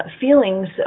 feelings